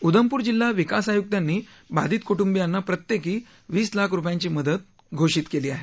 उधमपूर जिल्हा विकास आयुक्तांनी बाधित कुटुंबियांना प्रत्येकी वीस लाख रुपयांची मदत घोषित केली आहे